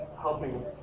helping